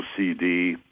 OCD